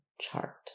chart